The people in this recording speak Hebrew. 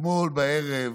אתמול בערב